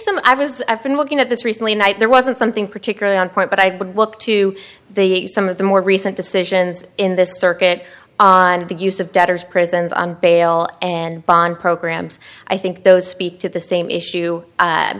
some i was i've been looking at this recently night there wasn't something particularly on point but i would look to the some of the more recent decisions in this circuit on the use of debtors prisons on bail and bond programs i think those speak to the same issue